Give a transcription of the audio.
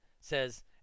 says